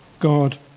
God